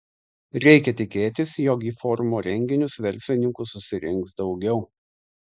reikia tikėtis jog į forumo renginius verslininkų susirinks daugiau